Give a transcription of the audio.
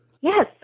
Yes